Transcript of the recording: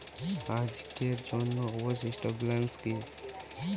আজকের জন্য অবশিষ্ট ব্যালেন্স কি?